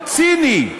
ציני,